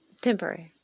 temporary